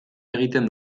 egiten